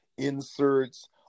Inserts